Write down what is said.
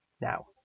now